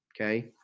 Okay